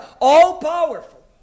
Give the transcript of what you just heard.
all-powerful